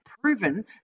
proven